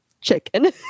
chicken